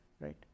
right